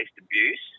abuse